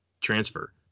transfer